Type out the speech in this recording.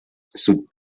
sub